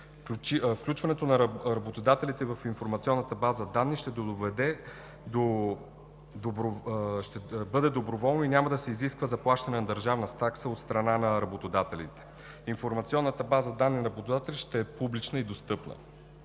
Включването на работодателите в информационната база данни ще бъде доброволно и няма да се изисква заплащане на държавна такса от страна на работодателите. Информационната база данни на работодателите ще е публична и достъпна.